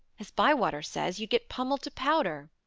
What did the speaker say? as bywater says, you'd get pummelled to powder.